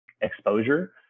exposure